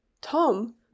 Tom